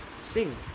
sing